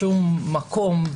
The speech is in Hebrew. בשום מקום,